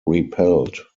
repelled